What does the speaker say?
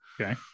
Okay